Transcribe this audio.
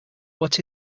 what’s